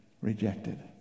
rejected